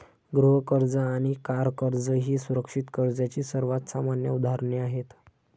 गृह कर्ज आणि कार कर्ज ही सुरक्षित कर्जाची सर्वात सामान्य उदाहरणे आहेत